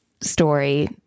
story